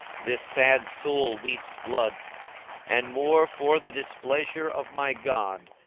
this sad soul weeps blood and more for the displeasure of my god,